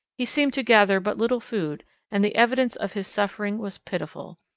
he seemed to gather but little food and the evidence of his suffering was pitiful.